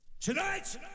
Tonight